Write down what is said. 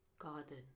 Garden